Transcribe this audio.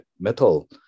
metal